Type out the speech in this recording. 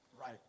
Right